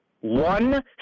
one